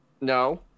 No